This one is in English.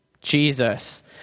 Jesus